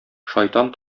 шайтан